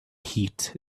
heat